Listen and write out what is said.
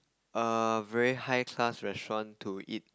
a very high class restaurant to eat